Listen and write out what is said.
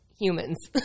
humans